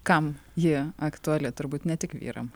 kam ji aktuali turbūt ne tik vyram